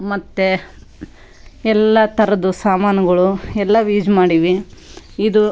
ಮತ್ತು ಎಲ್ಲ ಥರದ್ದು ಸಾಮಾನುಗಳು ಎಲ್ಲ ವೀಜ್ ಮಾಡಿವಿ ಇದು